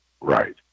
Right